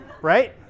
Right